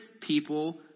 people